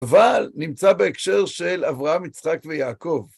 אבל נמצא בהקשר של אברהם, יצחק ויעקב.